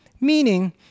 Meaning